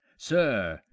sir,